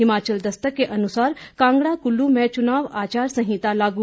हिमाचल दस्तक के अनुसार कांगड़ा कुल्लू में चुनाव आचार संहिता लागू